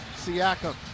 Siakam